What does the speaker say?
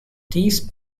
these